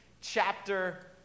chapter